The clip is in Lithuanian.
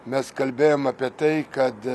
mes kalbėjom apie tai kad